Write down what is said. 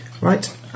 Right